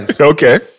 Okay